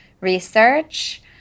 research